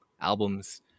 albums